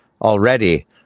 already